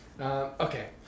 Okay